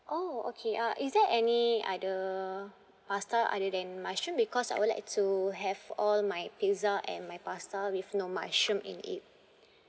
oh okay uh is there any other pasta other than mushroom because I would like to have all my pizza and my pasta with no mushroom in it